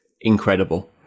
incredible